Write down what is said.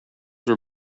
were